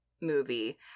movie